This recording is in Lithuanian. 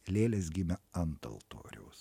lėlės gimė ant altoriaus